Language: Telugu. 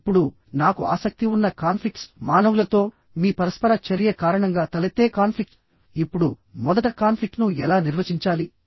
ఇప్పుడు నాకు ఆసక్తి ఉన్న కాన్ఫ్లిక్ట్స్ మానవులతో మీ పరస్పర చర్య కారణంగా తలెత్తే కాన్ఫ్లిక్ట్ ఇప్పుడు మొదట కాన్ఫ్లిక్ట్ ను ఎలా నిర్వచించాలి